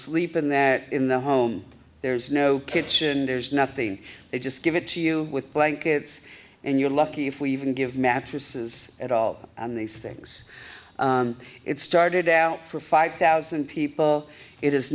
sleep in that in the home there's no kitchen there's nothing they just give it to you with blankets and you're lucky if we even give mattresses at all on these things it started out for five thousand people it has